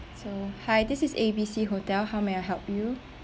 so hi this is A B C hotel how may I help you